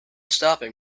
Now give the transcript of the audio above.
stopping